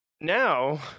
now